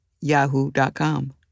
yahoo.com